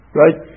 right